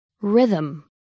Rhythm